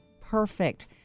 perfect